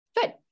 Good